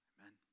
Amen